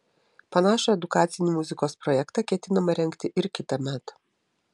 panašų edukacinį muzikos projektą ketinama rengti ir kitąmet